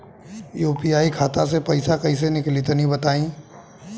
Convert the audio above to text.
UPI खाता से पइसा कइसे निकली तनि बताई?